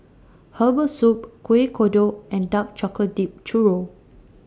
Herbal Soup Kuih Kodok and Dark Chocolate Dipped Churro